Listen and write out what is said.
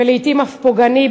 ולעתים אף פוגעני,